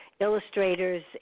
Illustrators